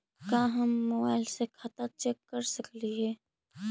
का हम मोबाईल से खाता चेक कर सकली हे?